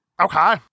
Okay